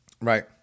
Right